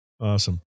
Awesome